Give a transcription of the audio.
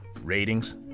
Ratings